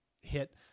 hit